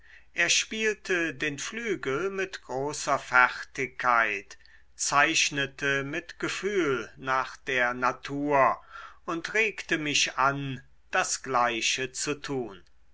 er spielte den flügel mit großer fertigkeit zeichnete mit gefühl nach der natur und regte mich an das gleiche zu tun